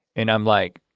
and i'm like,